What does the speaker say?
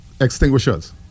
extinguishers